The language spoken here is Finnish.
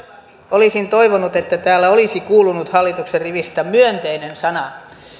olisin toivonut että täällä olisi kuulunut hallituksen rivistä myönteinen sana